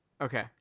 Okay